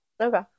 Okay